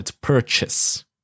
purchase